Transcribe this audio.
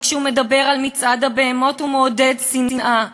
אבל כשהוא מדבר על "מצעד הבהמות" הוא מעודד שנאה,